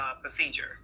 procedure